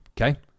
okay